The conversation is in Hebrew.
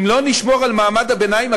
אם לא נשמור על מעמד הביניים,